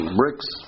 bricks